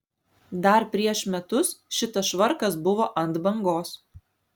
dar prieš metus šitas švarkas buvo ant bangos